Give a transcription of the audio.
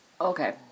Okay